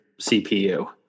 CPU